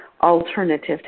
alternative